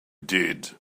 did